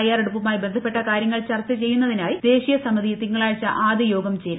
തയ്യാറെടുപ്പുമായി ബന്ധപ്പെട്ട കാര്യങ്ങൾ ചർച്ച ചെയ്യുന്നതിനായി ദേശീയസമിതി തിങ്കളാഴ്ച ആദ്യയോഗം ചേരും